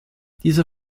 dieser